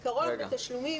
בתשלומים,